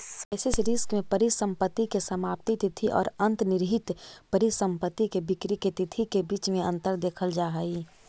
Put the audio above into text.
basis risk में परिसंपत्ति के समाप्ति तिथि औ अंतर्निहित परिसंपत्ति के बिक्री के तिथि के बीच में अंतर देखल जा हई